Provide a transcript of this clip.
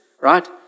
right